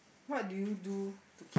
what do you do to